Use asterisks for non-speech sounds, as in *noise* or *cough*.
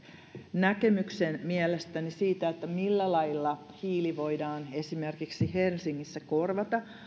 näkemyksen siitä millä lailla hiili voidaan esimerkiksi helsingissä korvata *unintelligible* *unintelligible* *unintelligible* *unintelligible*